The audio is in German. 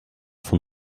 von